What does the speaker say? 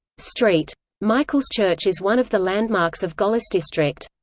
st. michael's church is one of the landmarks of gohlis district